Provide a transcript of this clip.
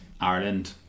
Ireland